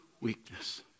weakness